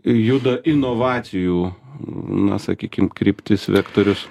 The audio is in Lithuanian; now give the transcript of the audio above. juda inovacijų na sakykim kryptis vektorius